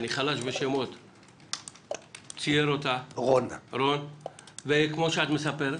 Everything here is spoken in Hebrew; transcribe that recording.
ציין, או כמו שאת מספרת.